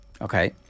Okay